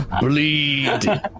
Bleed